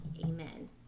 Amen